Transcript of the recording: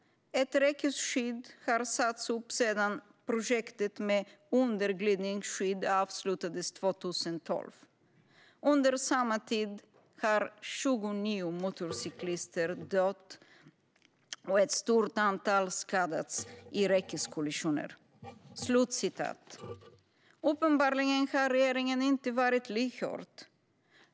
Ett räckesskydd har satts upp sedan projektet med underglidningsskydd avslutades 2012. Under samma tid har 29 motorcyklister dött och ett stort antal skadats i räckeskollisioner." Uppenbarligen har regeringen inte varit lyhörd.